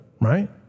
right